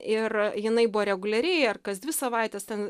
ir jinai buvo reguliariai ar kas dvi savaites ten